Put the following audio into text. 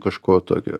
kažko tokio